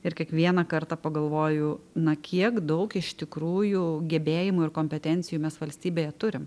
ir kiekvieną kartą pagalvoju na kiek daug iš tikrųjų gebėjimų ir kompetencijų mes valstybėje turim